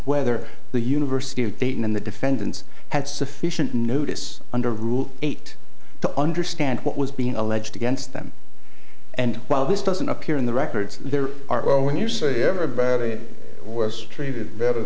whether the university of dayton in the defendants had sufficient notice under rule eight to understand what was being alleged against them and while this doesn't appear in the records there are all when you say ever batted or worse treated better